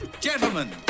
Gentlemen